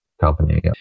company